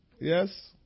Yes